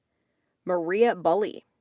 maria bulley,